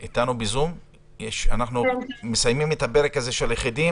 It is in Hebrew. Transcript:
אנחנו מסיימים את הפרק הזה של היחידים